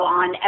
on